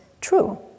true